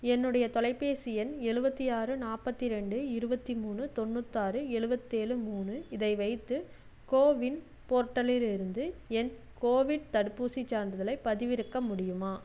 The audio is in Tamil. என்னுடைய தொலைபேசி எண் எழுபத்தி ஆறு நாற்பத்தி ரெண்டு இருபத்தி மூணு தொண்ணூத்தாறு எழுவத்தேழு மூணு இதை வைத்து கோவின் போர்ட்டலில் இருந்து என் கோவிட் தடுப்பூசிச் சான்றிதழைப் பதிவிறக்க முடியுமா